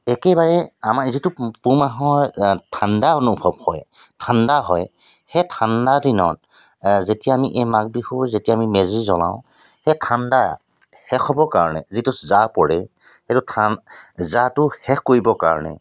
একেবাৰে আমাৰ এইটোতো পুহ মাহৰ ঠাণ্ডা অনুভৱ হয় ঠাণ্ডা হয় সেই ঠাণ্ডা দিনত যেতিয়া আমি এই মাঘ বিহুৰ যেতিয়া আমি মেজি জ্বলাওঁ সেই ঠাণ্ডা শেষ হ'বৰ কাৰণে যিটো জাহ পৰে সেইটো ঠাণ্ডা জাহটো শেষ কৰিবৰ কাৰণে